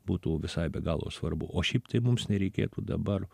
būtų visai be galo svarbu o šiaip tai mums nereikėtų dabar